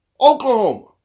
Oklahoma